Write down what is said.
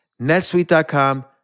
netsuite.com